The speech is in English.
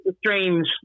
strange